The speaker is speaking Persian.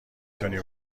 تونی